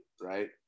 right